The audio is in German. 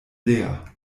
leer